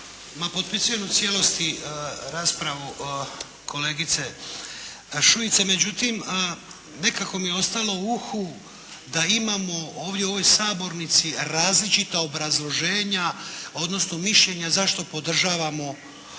potpisujem u cijelosti raspravu kolegice Šuice, međutim, nekako mi je ostalo u uhu da imamo ovdje u ovoj Sabornici različita obrazloženja, odnosno, mišljenja zašto podržavamo prijedlog